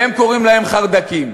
והם קוראים להם חרד"קים.